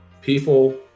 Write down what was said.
people